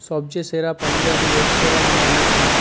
সবচেয়ে সেরা পাঞ্জাবী রেস্তরাঁঁর নাম কি